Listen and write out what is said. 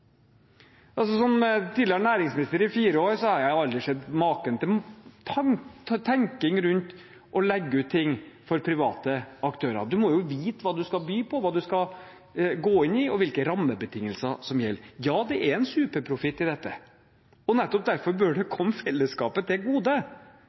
Som tidligere næringsminister i fire år har jeg aldri sett maken til tenkning rundt det å legge ut noe for private aktører. Man må jo vite hva man skal by på, hva man skal gå inn i, og hvilke rammebetingelser som gjelder. Ja, det er en superprofitt i dette, og nettopp derfor